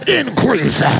increase